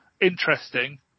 interesting